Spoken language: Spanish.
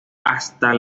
hasta